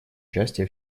участие